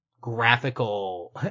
graphical